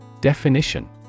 Definition